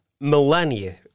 Millennia